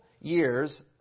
years